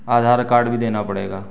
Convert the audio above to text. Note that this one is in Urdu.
آدھار کارڈ بھی دینا پڑے گا